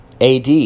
AD